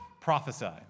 prophesy